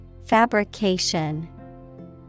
Fabrication